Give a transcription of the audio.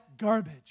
garbage